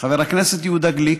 חבר הכנסת יהודה גליק,